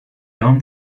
term